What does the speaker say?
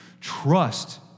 Trust